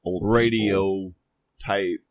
radio-type